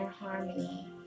harmony